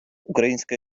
українська